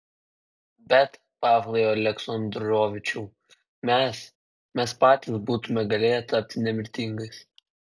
bet pavlai aleksandrovičiau mes mes patys būtumėme galėję tapti nemirtingais